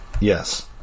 Yes